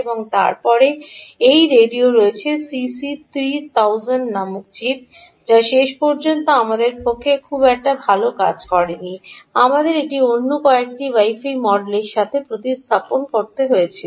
এবং তারপরে এই রেডিও রয়েছে সিসি 3000 নামক চিপ যা শেষ পর্যন্ত আমাদের পক্ষে খুব একটা ভাল কাজ করে নি আমাদের এটি অন্য কয়েকটি Wi Fi মডেলের সাথে প্রতিস্থাপন করতে হয়েছিল